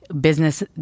business